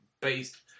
based